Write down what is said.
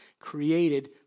created